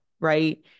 right